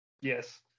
Yes